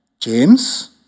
James